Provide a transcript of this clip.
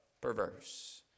perverse